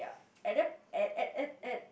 at that at at at at